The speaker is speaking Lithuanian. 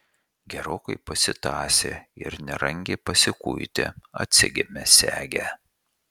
gerokai pasitąsę ir nerangiai pasikuitę atsegėme segę